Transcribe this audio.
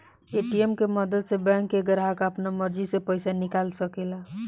ATM के मदद से बैंक के ग्राहक आपना मर्जी से पइसा निकाल सकेला